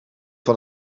van